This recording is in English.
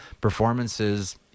performances